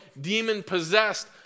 demon-possessed